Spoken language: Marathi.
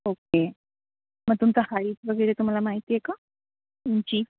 ओके मग तुमचं हाईट वगैरे तुम्हाला माहिती आहे का उंची